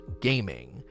gaming